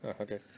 Okay